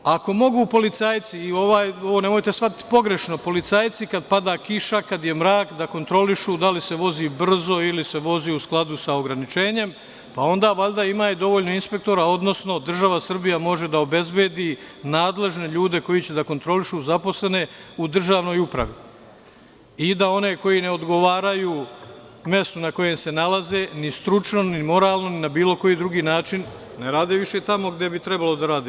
Ako mogu policajci, ovo nemojte shvatiti pogrešno, policajci kada pada kiša, kada je mrak, da kontrolišu da li se vozi brzo ili se vozi u skladu sa ograničenjem, pa onda valjda ima dovoljno inspektora, odnosno država Srbija može da obezbedi nadležne ljude koji će da kontrolišu zaposlene u državnoj upravi i da one koji ne odgovaraju mestu na kojem se nalaze, ni stručno ni moralno, ni na bilo koji drugi način ne rade više tamo gde bi trebalo da rade.